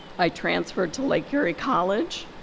i transferred to lake erie college,